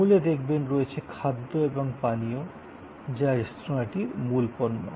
মূলে দেখবেন রয়েছে খাদ্য এবং পানীয় যা রেস্তোঁরাটির মূল পণ্য